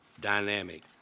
dynamic